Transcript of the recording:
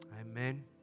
amen